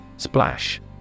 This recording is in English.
Splash